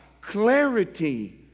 clarity